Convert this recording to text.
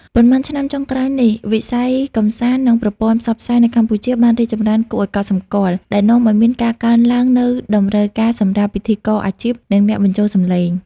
ប៉ុន្មានឆ្នាំចុងក្រោយនេះ វិស័យកម្សាន្ត និងប្រព័ន្ធផ្សព្វផ្សាយនៅកម្ពុជាបានរីកចម្រើនគួរឲ្យកត់សម្គាល់ ដែលនាំឲ្យមានការកើនឡើងនូវតម្រូវការសម្រាប់ ពិធីករអាជីព និងអ្នកបញ្ចូលសំឡេង។